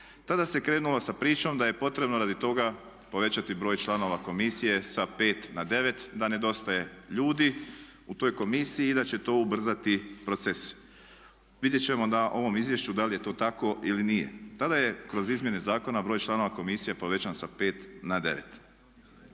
Tada se krenulo sa pričom da je potrebno radi toga povećati broj članova komisije sa 5 na 9, da nedostaje ljudi u toj komisiji i da će to ubrzati proces. Vidjet ćemo na ovom izvješću da li je to tako ili nije. Tada je kroz izmjene zakona broj članova komisije povećan sa 5 na 9.